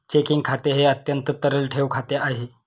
checking खाते हे अत्यंत तरल ठेव खाते आहे